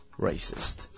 Racist